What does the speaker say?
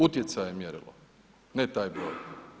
Utjecaj je mjerilo, ne taj broj.